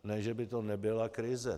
Ne že by to nebyla krize.